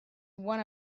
one